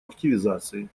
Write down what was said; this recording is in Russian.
активизации